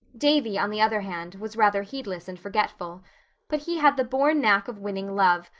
davy, on the other hand, was rather heedless and forgetful but he had the born knack of winning love,